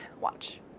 Watch